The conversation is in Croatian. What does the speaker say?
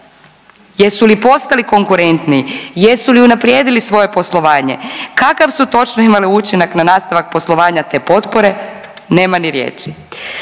Jesu li postali konkurentniji? Jesu li unaprijedili svoje poslovanje? Kakav su točno imale učinak na nastavak poslovanja te potpore, nema ni riječi.